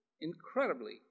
incredibly